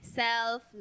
self